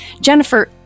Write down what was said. Jennifer